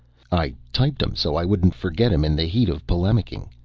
i typed em so i wouldn't forget em in the heat of polemicking.